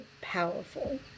powerful